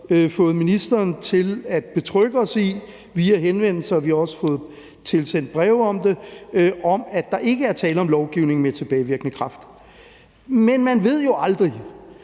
fået ministeren til via henvendelser – vi har også fået tilsendt breve om det – at betrygge os i, at der ikke er tale om lovgivning med tilbagevirkende kraft. Men man ved jo aldrig.